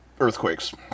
earthquakes